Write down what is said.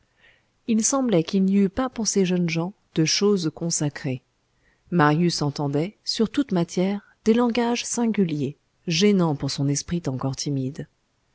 il semblait qu'il n'y eût pas pour ces jeunes gens de choses consacrées marius entendait sur toute matière des langages singuliers gênants pour son esprit encore timide